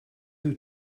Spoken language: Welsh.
wyt